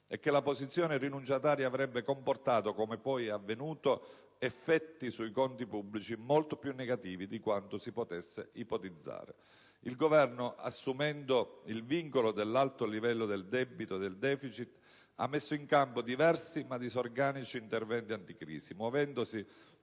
e che la posizione rinunciataria avrebbe comportato, come è poi avvenuto, effetti sui conti pubblici molto più negativi di quanto si potesse ipotizzare. Il Governo, assumendo il vincolo dell'alto livello del debito e del *deficit*, ha messo in campo diversi ma disorganici interventi anticrisi, muovendosi